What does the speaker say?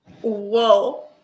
Whoa